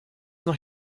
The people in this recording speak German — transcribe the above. noch